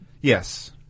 Yes